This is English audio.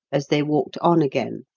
as they walked on again.